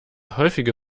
häufige